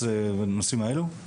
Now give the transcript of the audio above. דברים הכי